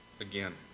again